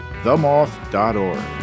themoth.org